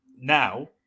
now